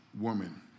woman